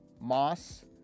Moss